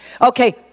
Okay